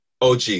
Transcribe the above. OG